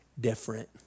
different